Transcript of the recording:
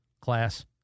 class